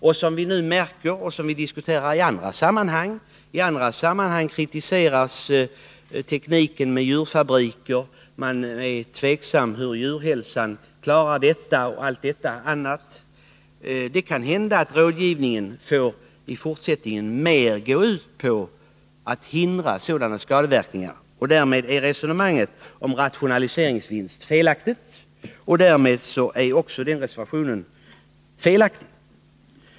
Det märker vi nu, och det har vi diskuterat i andra sammanhang. Ibland kritiseras tekniken när det gäller djurfabrikerna. Man är tveksam om hur Djurhälsan klarar detta etc. Det kan hända att rådgivningen i fortsättningen mera måste gå ut på att förhindra skadeverkningar. Resonemanget om rationaliseringsvinsten är alltså felaktigt. Därmed är också reservationen felaktig.